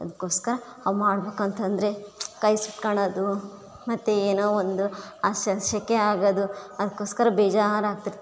ಅದ್ಕೋಸ್ಕರ ಅವು ಮಾಡ್ಬೇಕು ಅಂತಂದ್ರೆ ಕೈ ಸುಟ್ಕೋಳ್ಳೊದು ಮತ್ತೆ ಏನೋ ಒಂದು ಅಶ್ಯಾನ್ದ ಸೆಖೆ ಆಗೋದು ಅದ್ಕೋಸ್ಕರ ಬೇಜಾರು ಆಗ್ತಿರುತ್ತೆ